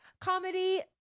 comedy